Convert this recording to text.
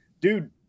Dude